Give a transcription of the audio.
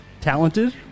Talented